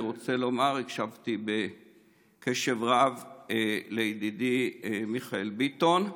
הקשבתי בקשב רב לידידי מיכאל ביטון.